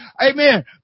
Amen